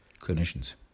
clinicians